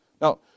Now